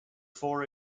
four